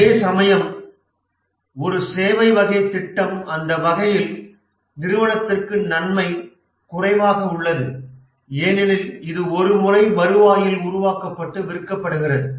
அதேசமயம் ஒரு சேவை வகை திட்டம் அந்த வகையில் நிறுவனத்திற்கு நன்மை குறைவாக உள்ளது ஏனெனில் இது ஒரு முறை வருவாயில் உருவாக்கப்பட்டு விற்கப்படுகிறது